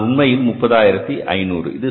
ஆனால் உண்மையில் 30500